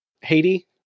Haiti